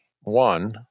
one